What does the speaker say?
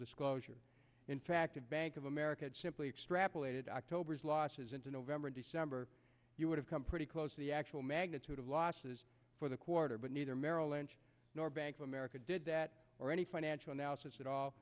disclosure in fact of bank of america chipley extrapolated october's losses into november december you would have come pretty close to the actual magnitude of losses for the quarter but neither merrill lynch nor bank of america did that or any financial analysis at all